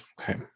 Okay